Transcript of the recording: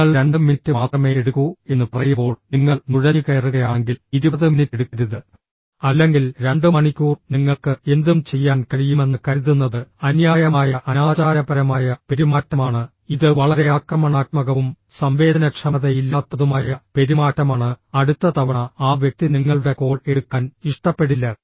നിങ്ങൾ 2 മിനിറ്റ് മാത്രമേ എടുക്കൂ എന്ന് പറയുമ്പോൾ നിങ്ങൾ നുഴഞ്ഞുകയറുകയാണെങ്കിൽ 20 മിനിറ്റ് എടുക്കരുത് അല്ലെങ്കിൽ 2 മണിക്കൂർ നിങ്ങൾക്ക് എന്തും ചെയ്യാൻ കഴിയുമെന്ന് കരുതുന്നത് അന്യായമായ അനാചാരപരമായ പെരുമാറ്റമാണ് ഇത് വളരെ ആക്രമണാത്മകവും സംവേദനക്ഷമതയില്ലാത്തതുമായ പെരുമാറ്റമാണ് അടുത്ത തവണ ആ വ്യക്തി നിങ്ങളുടെ കോൾ എടുക്കാൻ ഇഷ്ടപ്പെടില്ല